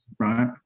right